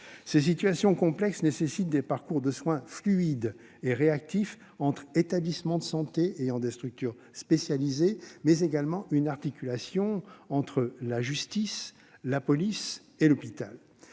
Ces situations complexes supposent des parcours de soins fluides et réactifs entre établissements de santé ayant des structures spécialisées, mais également une articulation entre la justice, la police et l'hôpital.